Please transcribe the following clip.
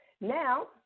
Now